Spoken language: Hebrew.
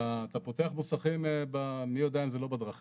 אתה פותח מוסכים, מי יודע אם זה לא בדרכים.